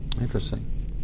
Interesting